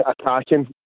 attacking